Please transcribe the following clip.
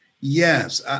Yes